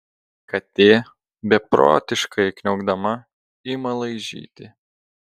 katė beprotiškai kniaukdama ima laižyti